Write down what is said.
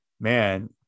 man